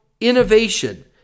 innovation